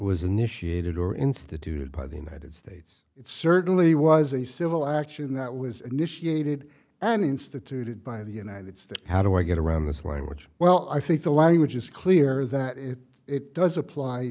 was initiated or instituted by the united states it certainly was a civil action that was initiated and instituted by the united states how do i get around this language well i think the language is clear that if it does apply